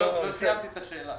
לא סיימתי את השאלה.